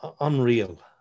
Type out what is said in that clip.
unreal